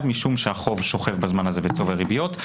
משום שהחוב שוכב בזמן הזה וצובר ריביות.